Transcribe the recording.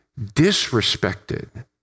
disrespected